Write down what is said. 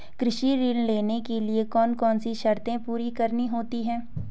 कृषि ऋण लेने के लिए कौन कौन सी शर्तें पूरी करनी होती हैं?